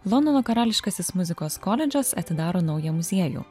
londono karališkasis muzikos koledžas atidaro naują muziejų